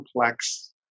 complex